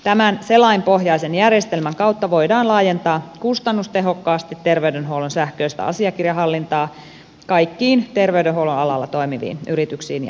tämän selainpohjaisen järjestelmän kautta voidaan laajentaa kustannustehokkaasti terveydenhuollon sähköistä asiakirjahallintaa kaikkiin terveydenhuollon alalla toimiviin yrityksiin ja ammatinharjoittajiin